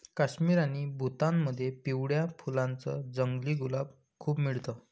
काश्मीर आणि भूतानमध्ये पिवळ्या फुलांच जंगली गुलाब खूप मिळत